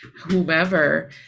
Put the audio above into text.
whomever